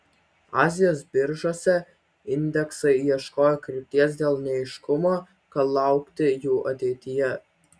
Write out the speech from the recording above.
azijos biržose indeksai ieškojo krypties dėl neaiškumo ko laukti ateityje